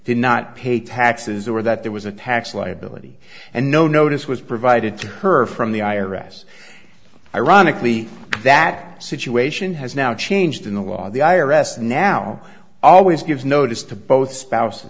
did not pay taxes or that there was a tax liability and no notice was provided to her from the i r s ironically that situation has now changed in the law the i r s now always gives notice to both spouse